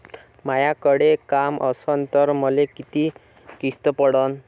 मायाकडे काम असन तर मले किती किस्त पडन?